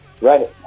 Right